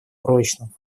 прочном